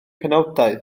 penawdau